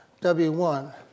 w1